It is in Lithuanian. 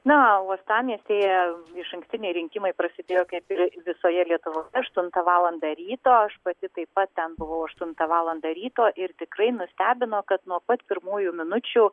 na o uostamiestyje išankstiniai rinkimai prasidėjo kaip ir visoje lietuvoje aštuntą valandą ryto aš pati taip pat ten buvau aštuntą valandą ryto ir tikrai nustebino kad nuo pat pirmųjų minučių